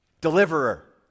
Deliverer